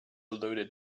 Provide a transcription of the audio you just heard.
loaded